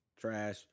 trash